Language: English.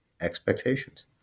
expectations